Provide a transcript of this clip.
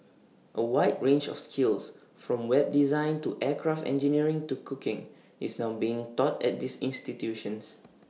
A wide range of skills from web design to aircraft engineering to cooking is now being taught at these institutions